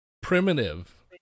Primitive